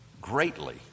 greatly